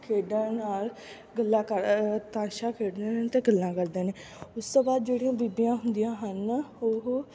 ਖੇਡਣ ਨਾਲ ਗੱਲਾਂ ਕਰ ਤਾਸ਼ਾਂ ਖੇਡਦੇ ਹਨ ਅਤੇ ਗੱਲਾਂ ਕਰਦੇ ਨੇ ਉਸ ਤੋਂ ਬਾਅਦ ਜਿਹੜੀਆਂ ਬੀਬੀਆਂ ਹੁੰਦੀਆਂ ਹਨ ਉਹ